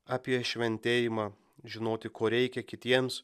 apie šventėjimą žinoti ko reikia kitiems